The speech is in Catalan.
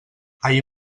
ahir